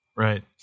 Right